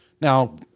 Now